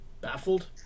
Baffled